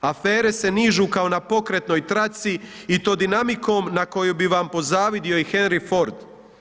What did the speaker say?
Afere se nižu kao na pokretnoj traci i to dinamikom na kojoj bi vam pozavidio i Henry Ford.